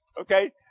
Okay